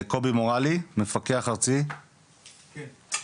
קובי מורלי, מפקח ארצי, בבקשה.